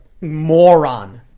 moron